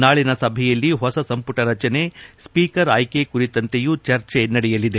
ನಾಳಿನ ಸಭೆಯಲ್ಲಿ ಹೊಸ ಸಂಪುಟ ರಚನೆ ಸ್ಸೀಕರ್ ಆಯ್ನೆ ಕುರಿತಂತೆಯು ಚರ್ಚೆ ನಡೆಯಲಿದೆ